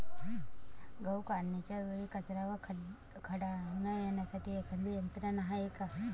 गहू काढणीच्या वेळी कचरा व खडा न येण्यासाठी एखादी यंत्रणा आहे का?